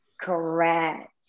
correct